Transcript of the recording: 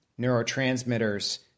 Neurotransmitters